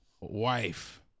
wife